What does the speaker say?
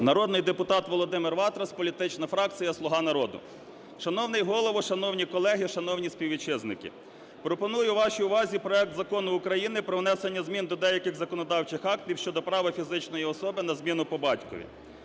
Народний депутат Володимир Ватрас, політична фракція "Слуга народу". Шановний Голово, шановні колеги, шановні співвітчизники, пропоную вашій увазі проект Закону України про внесення змін до деяких законодавчих актів щодо права фізичної особи на зміну по батькові.